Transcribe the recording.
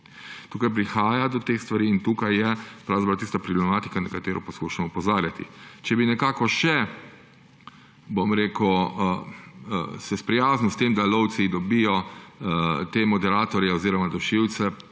Tukaj prihaja do teh stvari in tukaj je pravzaprav tista problematika, na katero poskušamo opozarjati. Če bi se nekako še, bom rekel, sprijaznil s tem, da lovci dobijo te moderatorje oziroma dušilce,